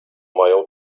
mają